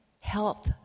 help